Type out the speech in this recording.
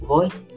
Voice